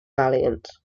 valiant